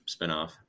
spinoff